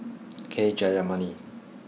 K Jayamani